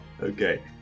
Okay